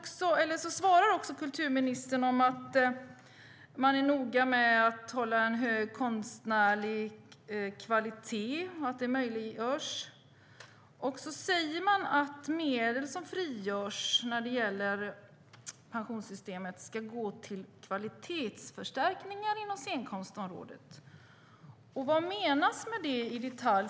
Kulturministern svarar också att man är noga med att en hög konstnärlig kvalitet möjliggörs och att medel som frigörs när det gäller pensionssystemet ska gå till kvalitetsförstärkningar inom scenkonstområdet. Vad menas med det i detalj?